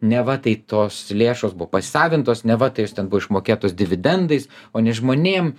neva tai tos lėšos buvo pasisavintos neva tai jos ten buvo išmokėtos dividendais o ne žmonėm